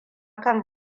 kan